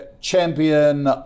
Champion